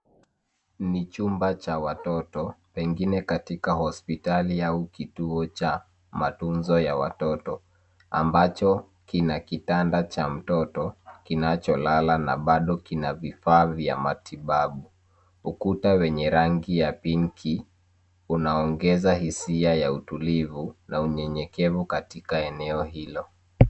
Ni chumba cha watoto pengine katika hospitali au kituo cha matunzo ya watoto, ambacho kina kitanda cha mtoto kinacholala na bado kina vifaa vya matibabu. Ukuta wenye rangi ya pink unapongeza hisia ya utulivu na unyenyekevu katika eneo hilo.